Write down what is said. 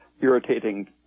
irritating